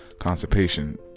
constipation